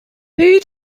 who